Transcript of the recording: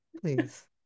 please